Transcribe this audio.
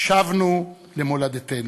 שבנו למולדתנו.